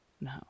No